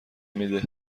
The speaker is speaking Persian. میده